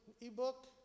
e-book